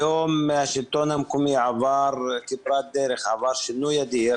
היום השלטון המקומי עבר כברת דרך, עבר שינוי אדיר